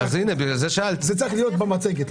זה צריך להיות במצגת.